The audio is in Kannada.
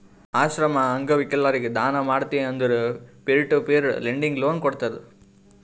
ಆಶ್ರಮ, ಅಂಗವಿಕಲರಿಗ ದಾನ ಮಾಡ್ತಿ ಅಂದುರ್ peer to peer lending loan ಕೋಡ್ತುದ್